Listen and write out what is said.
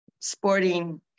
sporting